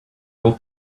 will